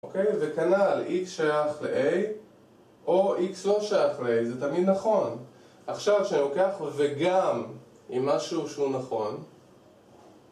או קי, וכנ"ל x שייך ל-a, או x לא שייך ל-a, זה תמיד נכון. עכשיו כשאני לוקח וגם עם משהו שהוא נכון